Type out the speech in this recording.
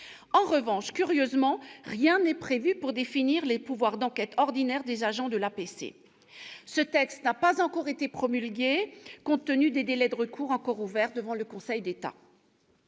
En revanche, curieusement, rien n'est prévu pour définir les pouvoirs d'enquête ordinaires des agents de l'APC ... Ce texte n'a pas encore été promulgué, compte tenu des délais de recours encore ouverts devant le Conseil d'État.